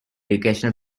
educational